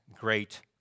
great